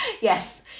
yes